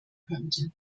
könnte